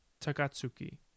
takatsuki